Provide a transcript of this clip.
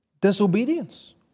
disobedience